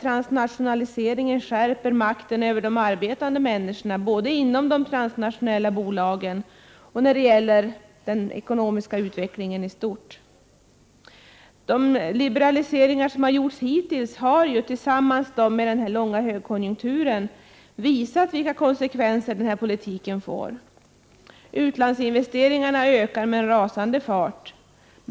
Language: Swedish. Transnationaliseringen skärper också makten över de arbetande människorna, både inom de transnationella bolagen och när det gäller den ekonomiska utvecklingen i stort. De liberaliseringar som har gjorts hittills har, tillsammans med den långvariga högkonjunkturen, visat vilka konsekvenser den här politiken får. Utlandsinvesteringarna ökar med en rasande fart.